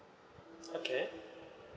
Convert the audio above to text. okay